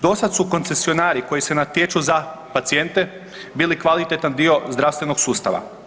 Dosad su koncesionari koji se natječu za pacijente bili kvalitetan dio zdravstvenog sustava.